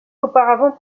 auparavant